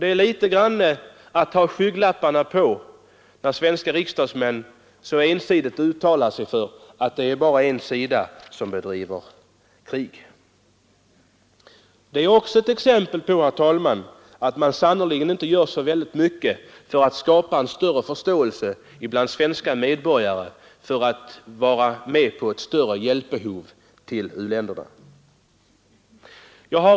Det är litet grand av att ha skygglappar på sig när svenska riksdagsmän ensidigt uttalar att det bara är en sida som för krig. Det är också, herr talman, ett exempel på att man sannerligen inte gör så mycket för att skapa förståelse bland svenska medborgare för att vara med på en större hjälp till u-länderna.